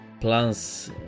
plans